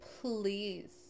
please